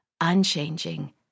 unchanging